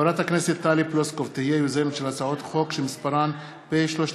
חברת הכנסת טלי פלוסקוב תהיה יוזמת של הצעות חוק שמספרן פ/3398/20,